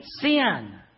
sin